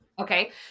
Okay